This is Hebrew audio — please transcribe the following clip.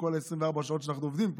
עם ה-24 שעות שאנחנו עובדים פה,